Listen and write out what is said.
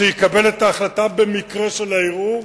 שיקבל את ההחלטה במקרה של הערעור,